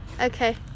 okay